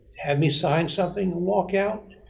had me sign something, and walk out?